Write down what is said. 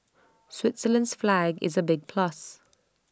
Switzerland's flag is A big plus